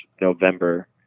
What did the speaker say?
November